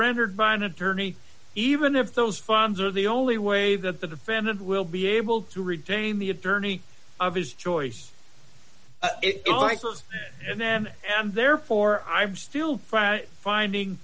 rendered by an attorney even if those funds are the only way that the defendant will be able to retain the attorney of his choice if i close them and therefore i'm still finding